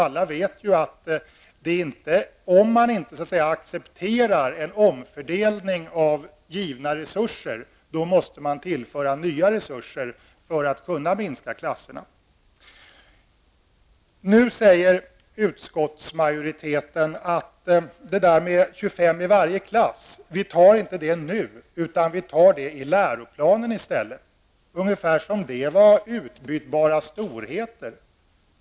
Alla vet att om man inte accepterar en omfördelning av givna resurser, måste man tillföra nya resurser för att kunna minska klasserna. Nu säger utskottsmajoriteten att man inte skall ta upp frågan om 25 elever i varje klass, utan att det skall göras i läroplanen i stället. Det låter som om det skulle vara fråga om utbytbara storheter.